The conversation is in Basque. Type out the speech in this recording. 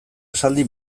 esaldi